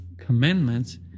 Commandments